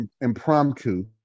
impromptu